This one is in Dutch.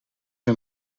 een